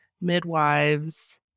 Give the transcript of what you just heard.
midwives